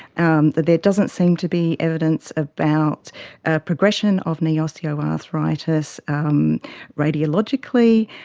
um that there doesn't seem to be evidence about ah progression of knee osteoarthritis um radiologically,